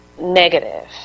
negative